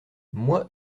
moi